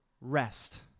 Rest